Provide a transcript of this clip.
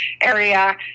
area